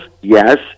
Yes